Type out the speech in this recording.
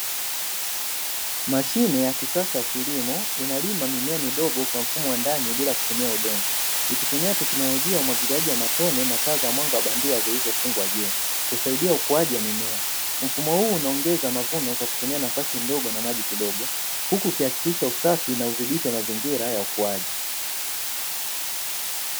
Mashine ya kisasa ya kilimo, inalima mimea midogo ya mfumo wa ndani bila kutumia udongo, ikitumia teknolojia ya umwagiliaji wa matone, na taa za ndani za bandia zilizofungwa juu, kusaidia ukuaji wa mimea. Mfumo huu unaongeza mavuno kwa kutumia nafasi ndogo na maji kidogo, huku ukihakikisha usafi na udhibiti wa mazingira ya ukuaji.